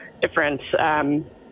different